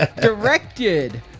Directed